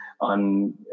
on